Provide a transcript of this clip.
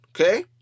okay